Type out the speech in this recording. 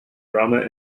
drama